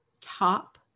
top